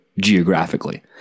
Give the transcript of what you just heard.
geographically